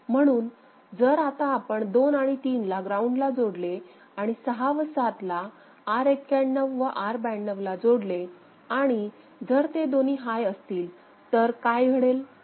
म्हणून जर आता आपण 2 आणि 3 ला ग्राउंडला जोडले आणि 6 व 7 ला R91 व R92 ला जोडलेआणि जर ते दोन्ही हाय असतील तर काय घडेल